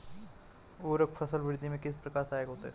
उर्वरक फसल वृद्धि में किस प्रकार सहायक होते हैं?